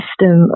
system